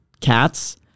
cats